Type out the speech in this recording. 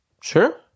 Sure